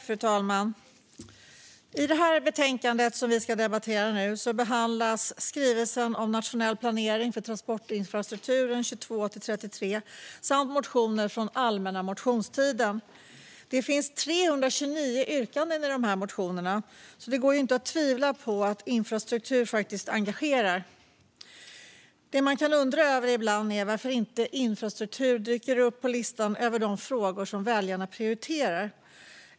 Fru talman! I betänkandet som vi ska debattera nu behandlas skrivelsen om nationell planering för transportinfrastrukturen 2022-2033 samt motioner från allmänna motionstiden. Det finns 329 yrkanden i motionerna. Det går alltså inte att tvivla på att infrastruktur engagerar. Det man kan undra över ibland är varför inte infrastruktur dyker upp på listan över de frågor som väljarna prioriterar.